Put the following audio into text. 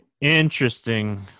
interesting